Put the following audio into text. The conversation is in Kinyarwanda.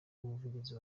umuvugizi